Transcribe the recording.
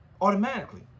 automatically